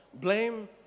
blame